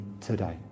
today